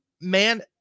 man